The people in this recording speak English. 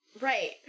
Right